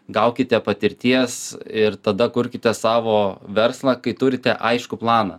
gaukite patirties ir tada kurkite savo verslą kai turite aiškų planą